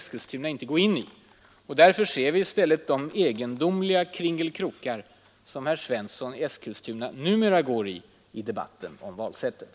I stället väljer herr Svensson i Eskilstuna att gå i dessa egendomliga kringelkrokar när det gäller debatten om valsättet.